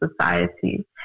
society